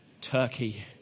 Turkey